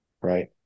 Right